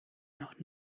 noch